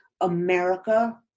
America